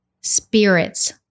spirits